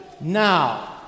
Now